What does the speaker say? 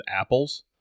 apples